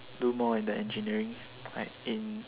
do more in the engineering like in